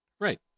Right